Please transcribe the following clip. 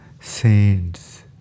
saints